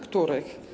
Których?